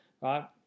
right